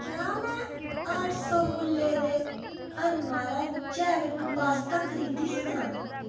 क्या में अट्ठ सौ मुल्लै दे अनमारा जैविक पास्ता खरीदी सकनां